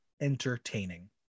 entertaining